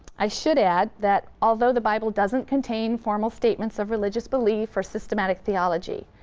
i should add that although the bible doesn't contain formal statements of religious belief or systematic theology,